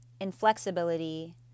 inflexibility